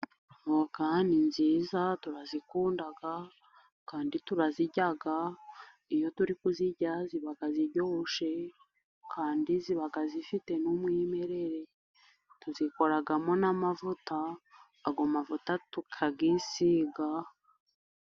Avoka ni nziza turazikunda, kandi turazirya. Iyo turi kuzirya ziba ziryoshye, kandi ziba zifite n'umwimerere. Tuzikoramo n'amavuta ayo mavuta tukayisiga.